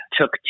took